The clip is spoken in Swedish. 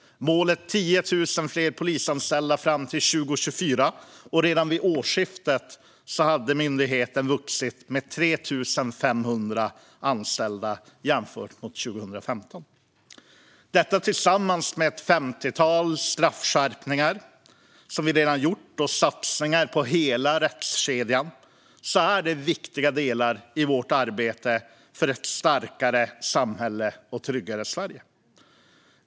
Målet är 10 000 fler polisanställda fram till år 2024, och redan vid årsskiftet hade myndigheten vuxit med 3 500 anställda jämfört med 2015. Detta tillsammans med ett femtiotal straffskärpningar som vi redan gjort och satsningar på hela rättskedjan är viktiga delar i vårt arbete för ett starkare samhälle och ett tryggare Sverige.